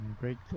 great